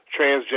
Transgender